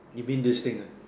you mean this thing ah